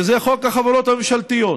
שזה חוק החברות הממשלתיות,